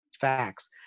facts